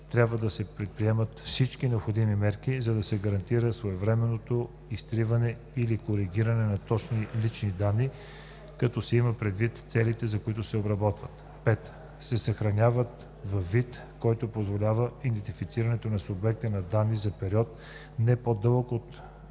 трябва да се предприемат всички необходими мерки, за да се гарантира своевременното изтриване или коригиране на неточни лични данни, като се имат предвид целите, за които те се обработват; 5. се съхраняват във вид, който позволява идентифицирането на субекта на данните за период, не по-дълъг от